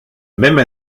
même